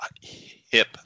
hip